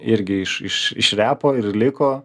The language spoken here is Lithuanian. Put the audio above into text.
irgi iš iš repo ir liko